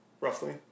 roughly